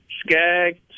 Skag